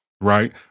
right